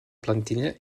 plantilla